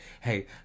hey